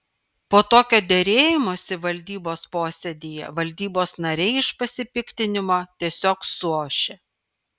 po tokio derėjimosi valdybos posėdyje valdybos nariai iš pasipiktinimo tiesiog suošė